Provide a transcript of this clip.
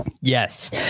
Yes